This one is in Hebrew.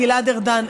גלעד ארדן?